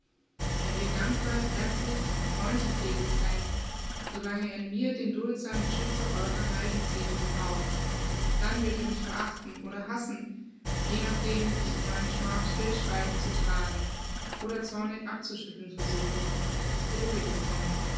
er wird dankbar herzlich freundlich gegen mich sein so lange er in mir den duldsamen beschützer eurer neigung sieht und braucht dann wird er mich verachten oder hassen je nachdem ich meine schmach stillschweigend zu tragen oder zornig abzuschütteln versuche so wird es kommen